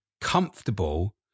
comfortable